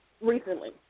recently